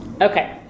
Okay